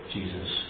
Jesus